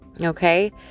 okay